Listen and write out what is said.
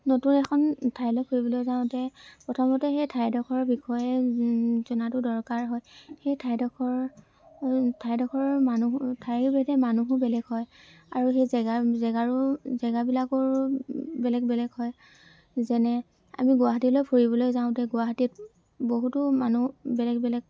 নতুন এখন ঠাইলৈ ফুৰিবলৈ যাওঁতে প্ৰথমতে সেই ঠাইডোখৰ বিষয়ে জনাতো দৰকাৰ হয় সেই ঠাইডোখৰ ঠাইডোখৰ মানুহৰ ঠাই ভেদে মানুহো বেলেগ হয় আৰু সেই জেগা জেগাৰো জেগাবিলাকৰো বেলেগ বেলেগে হয় যেনে আমি গুৱাহাটীলৈ ফুৰিবলৈ যাওঁতে গুৱাহাটীত বহুতো মানুহ বেলেগ বেলেগ